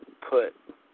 put